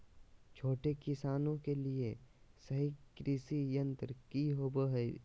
छोटे किसानों के लिए सही कृषि यंत्र कि होवय हैय?